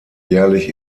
jährlich